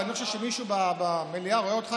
ולא חושב שמישהו במליאה רואה אותך,